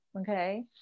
okay